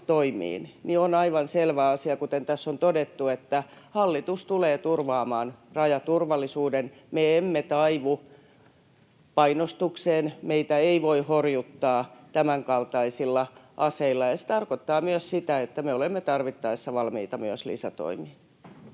on aivan selvä asia, kuten tässä on todettu, että hallitus tulee turvaamaan rajaturvallisuuden. Me emme taivu painostukseen. Meitä ei voi horjuttaa tämänkaltaisilla aseilla. Ja se tarkoittaa myös sitä, että me olemme tarvittaessa valmiita myös lisätoimiin.